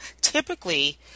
typically